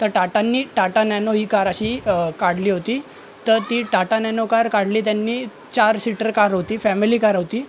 तर टाटांनी टाटा नॅनो ही कार अशी काढली होती तर ती टाटा नॅनो कार काढली त्यांनी चार सीटर कार होती फॅमिली कार होती